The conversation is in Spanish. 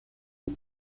del